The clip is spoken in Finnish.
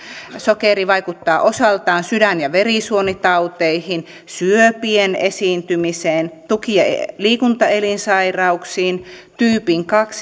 sokeri vaikuttaa osaltaan sydän ja verisuonitauteihin syöpien esiintymiseen tuki ja liikuntaelinsairauksiin tyypin